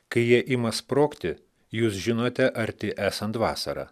kai jie ima sprogti jūs žinote arti esant vasarą